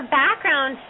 background